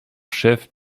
chef